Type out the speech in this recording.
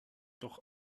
doch